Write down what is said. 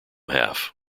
half